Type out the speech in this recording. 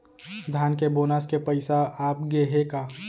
धान के बोनस के पइसा आप गे हे का?